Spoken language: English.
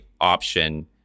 option